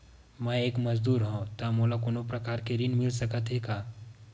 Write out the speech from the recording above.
मैं एक मजदूर हंव त मोला कोनो प्रकार के ऋण मिल सकत हे का?